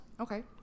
Okay